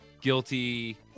Guilty